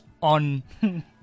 on